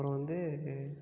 அப்புறம் வந்து